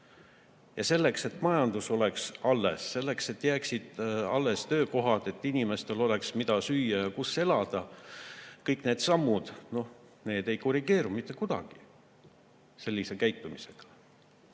Ja selleks, et majandus oleks alles, selleks, et jääksid alles töökohad, et inimestel oleks, mida süüa ja kus elada, kõik need sammud ei korrigeeru mitte kuidagi sellise käitumisega.